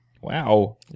Wow